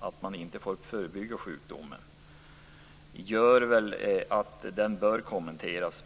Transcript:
att man inte får förebygga sjukdomar, gör att den bör kommenteras.